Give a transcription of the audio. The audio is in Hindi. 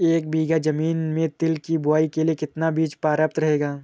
एक बीघा ज़मीन में तिल की बुआई के लिए कितना बीज प्रयाप्त रहेगा?